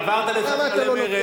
עברת לספסלי מרצ,